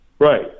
Right